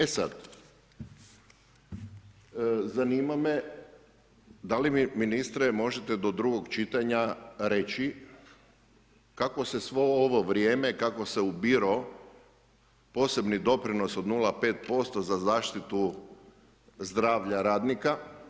E sad, zanima me da li mi ministre možete do drugog čitanja reći kako se svo ovo vrijeme kako se ubirao posebni doprinos od 0,5% za zaštitu zdravlja radnika.